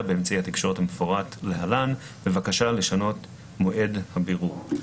באמצעי התקשורת המפורט להלן בבקשה לשנות את מועד הבירור.